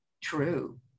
True